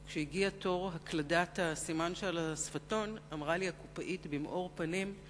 וכשהגיע תור הקלדת הקוד שעל אריזת השפתון אמרה לי הקופאית במאור פנים: